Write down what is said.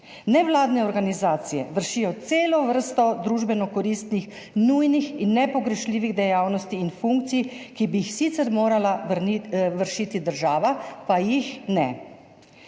Nevladne organizacije vršijo celo vrsto družbeno koristnih, nujnih in nepogrešljivih dejavnosti in funkcij, ki bi jih sicer morala v vršiti država, pa jih ne.